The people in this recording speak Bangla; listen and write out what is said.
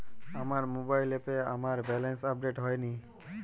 আমার মোবাইল অ্যাপে আমার ব্যালেন্স আপডেট হয়নি